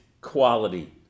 quality